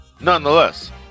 Nonetheless